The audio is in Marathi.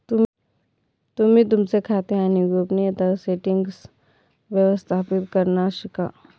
तुम्ही तुमचे खाते आणि गोपनीयता सेटीन्ग्स व्यवस्थापित करण्यास शिका